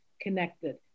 connected